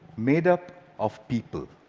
made up of people.